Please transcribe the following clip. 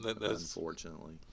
unfortunately